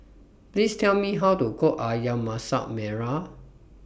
Please Tell Me How to Cook Ayam Masak Merah